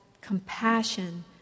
compassion